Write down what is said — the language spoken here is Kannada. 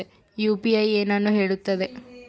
ಯು.ಪಿ.ಐ ಏನನ್ನು ಹೇಳುತ್ತದೆ?